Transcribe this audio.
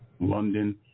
London